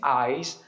eyes